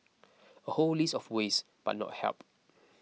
a whole list of ways but not help